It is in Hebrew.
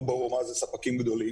לא ברור מה זה ספקים גדולים.